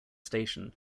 station